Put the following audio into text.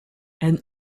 and